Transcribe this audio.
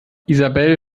isabel